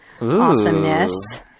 awesomeness